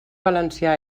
valencià